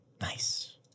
Nice